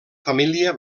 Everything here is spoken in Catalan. família